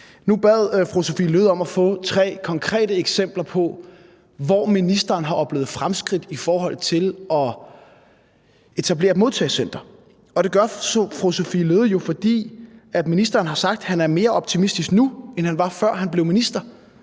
Nu bad fru Sophie Løhde om at få tre konkrete eksempler på, at ministeren har oplevet fremskridt i forhold til at etablere et modtagecenter. Og det gjorde fru Sophie Løhde jo, fordi ministeren har sagt, at han er mere optimistisk nu, end han var, før han blev minister.